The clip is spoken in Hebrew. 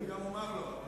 אני גם אומר לו.